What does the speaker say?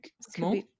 small